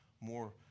more